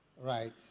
right